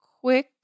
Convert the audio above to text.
quick